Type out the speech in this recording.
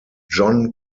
john